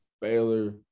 Baylor